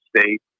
State